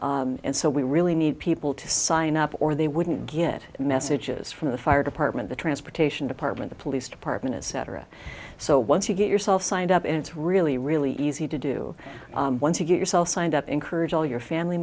now and so we really need people to sign up or they wouldn't get messages from the fired upon in the transportation department the police department cetera so once you get yourself signed up and it's really really easy to do once you get yourself signed up encourage all your family